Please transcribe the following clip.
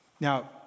Now